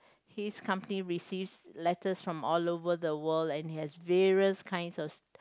his company receives letters from all over the world and he has various kinds of